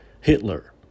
Hitler